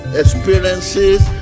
experiences